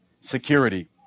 security